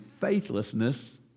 faithlessness